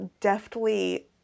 deftly